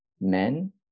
men